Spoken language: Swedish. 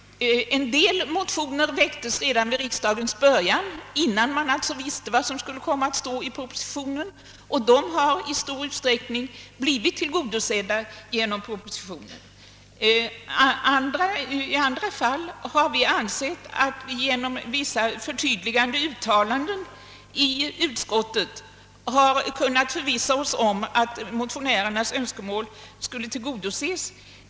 En del motioner väcktes redan vid riksdagens början, alltså innan man visste vad propositionen skulle komma att innehålla. Önskemålen i de motionerna har i stor utsträckning blivit tillgodosedda genom propositionen. I andra fall har vi ansett att vi genom vissa förtydligande uttalanden i utskottets skrivning har kunnat förvissa oss om att motionärernas önskemål skulle tillgodoses.